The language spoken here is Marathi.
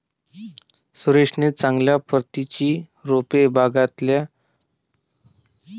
सुरेशने चांगल्या प्रतीची रोपे बागायती शेतीत आणली आहेत